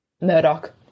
Murdoch